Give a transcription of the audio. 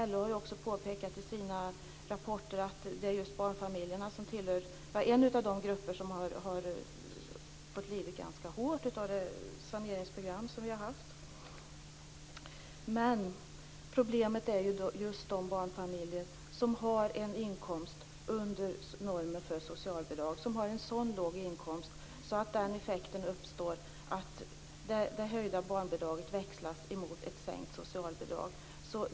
LO har också påpekat i sina rapporter att barnfamiljerna är en av de grupper som har fått lida ganska hårt av det saneringsprogram som vi har haft. Problemet rör just de barnfamiljer som har en inkomst under normen för socialbidrag. De har en så låg inkomst att effekten blir att det höjda barnbidraget växlas mot ett sänkt socialbidrag.